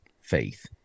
faith